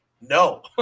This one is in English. no